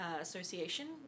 Association